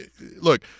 look